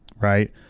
right